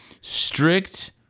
strict